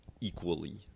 equally